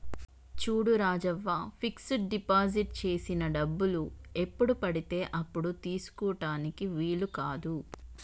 చూడు Rajavva fix deposit చేసిన డబ్బులు ఎప్పుడు పడితే అప్పుడు తీసుకుటానికి వీలు కాదు